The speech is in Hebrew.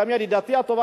גם ידידתי הטובה,